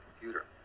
computer